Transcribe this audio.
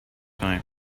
time